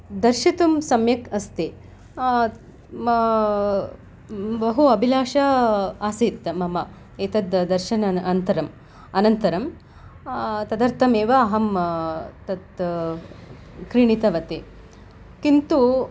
दर्शितुं सम्यक् अस्ति बहु अभिलाषा आसीत् मम एतद् दर्शन अनन्तरम् अनन्तरं तदर्थम् एव अहं तत् क्रीणितवती किन्तु